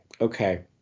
Okay